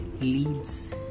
leads